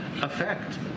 effect